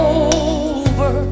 over